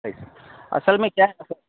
اصل میں کیا